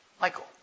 Michael